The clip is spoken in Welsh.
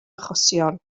achosion